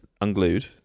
unglued